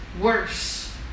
worse